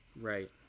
Right